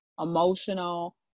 emotional